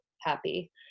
happy